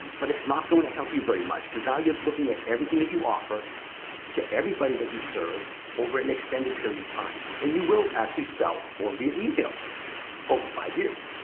but it's not going to help you very much, cause now you're looking at everything that you offer to everybody that you serve, over an extended period of time. and you will actually sell more via email over five years.